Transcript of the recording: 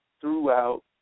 throughout